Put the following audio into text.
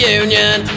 union